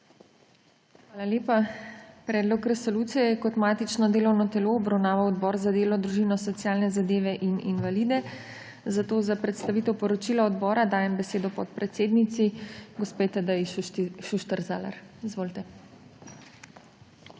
Hvala lepa. Predlog resolucije je kot matično delovno telo obravnaval Odbor za delo, družino, socialne zadeve in invalide. Za predstavitev poročila odbora dajem besedo podpredsednici gospe Tadeji Šuštar Zalar. Izvolite